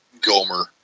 Gomer